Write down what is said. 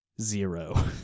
zero